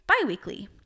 biweekly